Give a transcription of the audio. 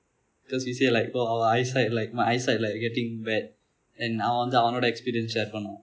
because he say like bro our eyesight like my eyesight like getting bad அவன் வந்து அவனுடைய:avan vanthu avanudaiya experience share பன்னான்:pannaan